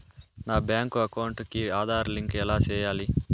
నా bank account కి Aadhaar link ఎలా సేయాలి